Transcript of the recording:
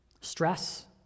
stress